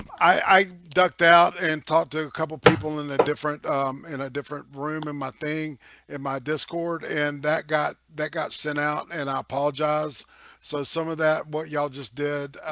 i ducked out and talked to a couple people in the different in a different room and my thing in my discord and that got that got sent out and i apologize so some of that what y'all just did